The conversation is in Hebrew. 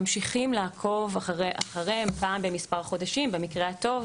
ממשיכים לעקוב אחריהם פעם במספר חודשים במקרה הטוב